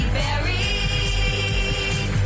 buried